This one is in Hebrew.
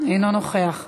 אינו נוכח,